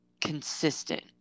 consistent